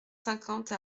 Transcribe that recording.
cinquante